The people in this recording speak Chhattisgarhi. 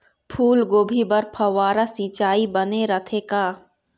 फूलगोभी बर फव्वारा सिचाई बने रथे का?